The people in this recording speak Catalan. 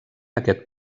aquest